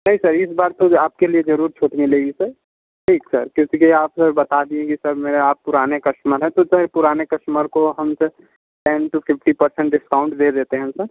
नहीं सर इस बार तो आपके लिए ज़रूर छूट मिलेगी सर ठीक सर क्योंकि आप बता दिए कि सर मेरे आप पुराने कस्टमर हैं तो सर पुराने कस्टमर को हमसे ten to fifty percent discount दे देते हैं हम सर